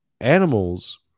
animals